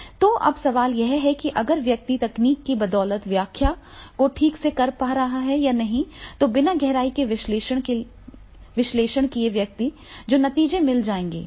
तो अब सवाल यह है कि अगर व्यक्ति तकनीक की बदौलत व्याख्या को ठीक से कर पा रहा है या नहीं तो बिना गहराई से विश्लेषण किए व्यक्ति को नतीजे मिल जाएंगे